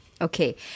Okay